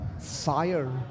fire